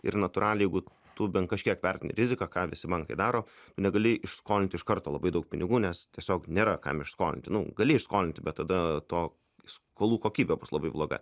ir natūraliai jeigu tu bent kažkiek vertina riziką ką visi bankai daro negali išskolinti iš karto labai daug pinigų nes tiesiog nėra kam išskolinti nu gali skolinti bet tada to skolų kokybė bus labai bloga